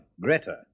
Greta